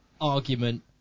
argument